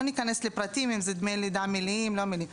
לא ניכנס לפרטים אם אלה דמי לידה מלאים או לא מלאים.